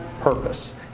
purpose